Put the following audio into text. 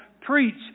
Preach